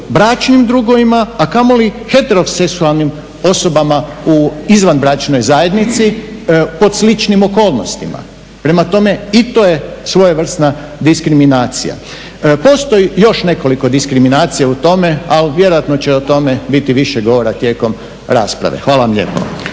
bračnim drugovima, a kamoli heteroseksualnim osobama u izvanbračnoj zajednici pod sličnim okolnostima. Prema tome, i to je svojevrsna diskriminacija. Postoji još nekoliko diskriminacija u tome, ali vjerojatno će o tome biti više govora tijekom rasprave. Hvala vam lijepo.